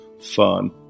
fun